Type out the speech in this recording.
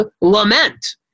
lament